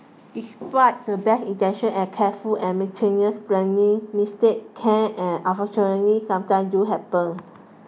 despite the best intentions and careful and planning mistakes can and unfortunately sometimes do happen